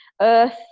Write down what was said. Earth